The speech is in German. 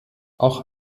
auch